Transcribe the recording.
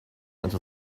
into